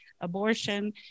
abortion